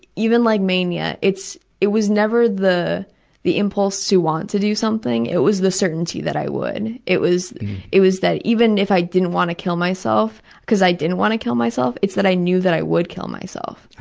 even like mania, it was never the the impulse to want to do something it was the certainty that i would. it was it was that even if i didn't want to kill myself because i didn't want to kill myself it's that i knew that i would kill myself.